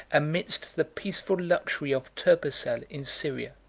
amidst the peaceful luxury of turbessel, in syria,